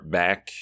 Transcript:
back